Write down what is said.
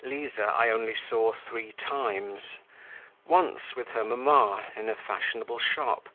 liza i only saw three times once, with her mamma in a fashionable shop